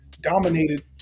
Dominated